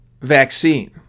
vaccine